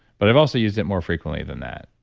but i've also used it more frequently than that.